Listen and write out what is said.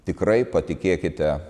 tikrai patikėkite